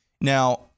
Now